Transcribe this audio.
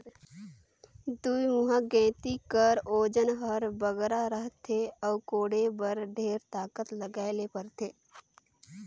दुईमुहा गइती कर ओजन हर बगरा रहथे अउ कोड़े बर ढेर ताकत लगाए ले परथे